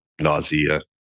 nausea